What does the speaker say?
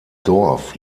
dorf